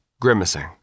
grimacing